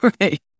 Right